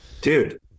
dude